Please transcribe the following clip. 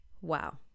wow